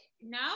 No